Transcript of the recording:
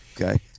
okay